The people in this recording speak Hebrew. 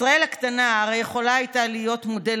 ישראל הקטנה הרי יכולה הייתה להיות מודל